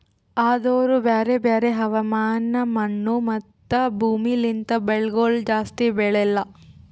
ಆದೂರು ಬ್ಯಾರೆ ಬ್ಯಾರೆ ಹವಾಮಾನ, ಮಣ್ಣು, ಮತ್ತ ಭೂಮಿ ಲಿಂತ್ ಬೆಳಿಗೊಳ್ ಜಾಸ್ತಿ ಬೆಳೆಲ್ಲಾ